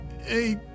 Hey